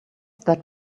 that